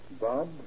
Bob